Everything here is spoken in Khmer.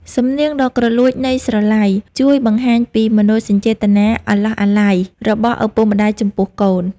សំនៀងដ៏គ្រលួចនៃស្រឡៃ ជួយបង្ហាញពីមនោសញ្ចេតនាអាឡោះអាល័យរបស់ឪពុកម្ដាយចំពោះកូន។